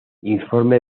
informe